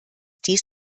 dies